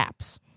apps